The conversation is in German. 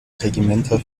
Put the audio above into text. regimenter